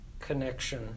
connection